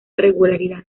regularidad